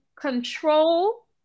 control